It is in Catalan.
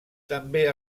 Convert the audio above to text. també